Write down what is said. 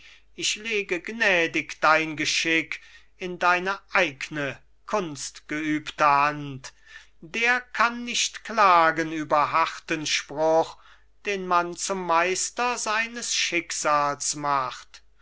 ich lege gnädig dein geschick in deine eigne kunstgeübte hand der kann nicht klagen über harten spruch den man zum meister seines schicksals macht